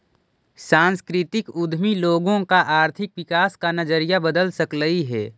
सांस्कृतिक उद्यमी लोगों का आर्थिक विकास का नजरिया बदल सकलई हे